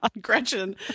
Gretchen